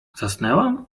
zasnęłam